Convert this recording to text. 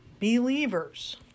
believers